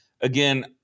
Again